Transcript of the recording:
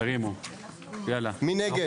מי נגד?